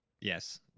Yes